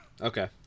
Okay